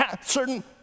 Certain